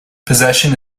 possession